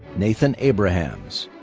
nathan abrahams.